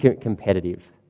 competitive